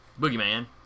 Boogeyman